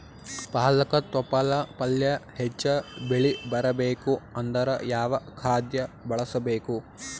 ಪಾಲಕ ತೊಪಲ ಪಲ್ಯ ಹೆಚ್ಚ ಬೆಳಿ ಬರಬೇಕು ಅಂದರ ಯಾವ ಖಾದ್ಯ ಬಳಸಬೇಕು?